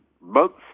months